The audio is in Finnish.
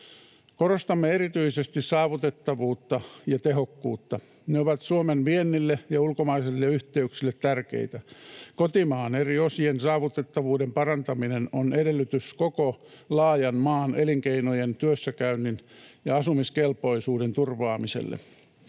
Korostamme erityisesti saavutettavuutta ja tehokkuutta. Ne ovat Suomen viennille ja ulkomaisille yhteyksille tärkeitä. Kotimaan eri osien saavutettavuuden parantaminen on edellytys koko laajan maan elinkeinojen, työssäkäynnin ja asumiskelpoisuuden turvaamiselle.